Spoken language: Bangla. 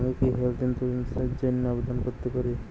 আমি কি হেল্থ ইন্সুরেন্স র জন্য আবেদন করতে পারি?